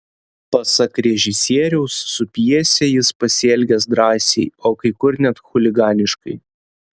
pasak režisieriaus su pjese jis pasielgęs drąsiai o kai kur net chuliganiškai